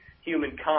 humankind